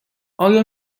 آیا